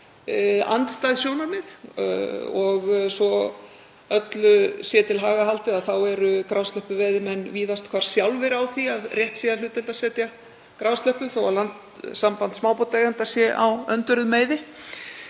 töluvert andstæð sjónarmið. Svo öllu sé til haga haldið þá eru grásleppuveiðimenn víðast hvar sjálfir á því að rétt sé að hlutdeildarsetja grásleppu þó að Landssamband smábátaeigenda sé á öndverðum meiði.